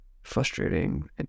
frustrating